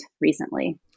recently